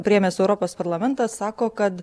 priėmęs europos parlamentas sako kad